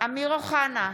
אמיר אוחנה,